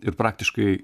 ir praktiškai